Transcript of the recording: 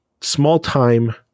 small-time